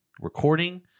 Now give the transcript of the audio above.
recording